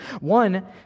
One